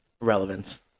relevance